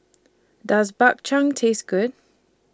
Does Bak Chang Taste Good